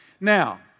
Now